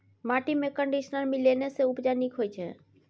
माटिमे कंडीशनर मिलेने सँ उपजा नीक होए छै